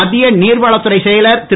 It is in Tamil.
மத்திய நீர்வளத்துறைச் செயலர் திரு